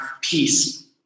peace